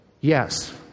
Yes